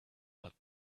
but